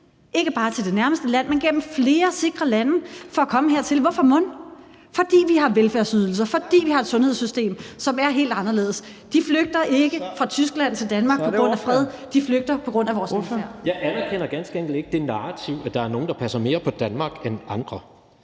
ikke bare til det nærmeste land, men gennem flere sikre lande for at komme hertil, og hvorfor mon? Fordi vi har velfærdsydelser, og fordi vi har et sundhedssystem, som er helt anderledes. De flygter ikke fra Tyskland til Danmark for at opnå fred – de flygter på grund af vores velfærd. Kl. 14:43 Tredje næstformand (Trine Torp): Ordføreren. Kl.